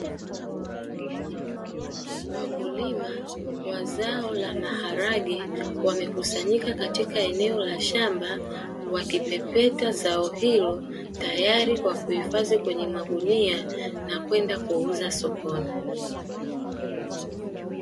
Wakulima wa zao la maharage wamekusanyika katika eneo la shamba wakipepeta zao hilo tayari kwa kuhifadhi kwenye magunia na kwenda kuuza sokoni.